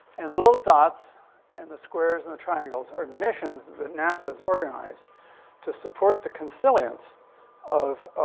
and the little dots and the squares and the triangles are missions that nasa has organized to support the consilience of, ah,